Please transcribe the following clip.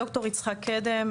ד"ר יצחק קדם,